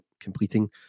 completing